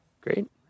Great